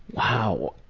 wow.